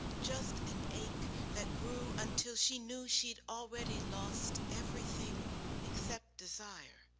just an ache that grew until she knew she'd already lost everything except desire.